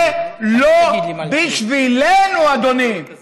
זה לא בשבילנו, אדוני.